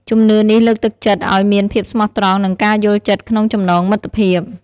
ជំនឿនេះលើកទឹកចិត្តឲ្យមានភាពស្មោះត្រង់ និងការយល់ចិត្តក្នុងចំណងមិត្តភាព។